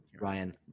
ryan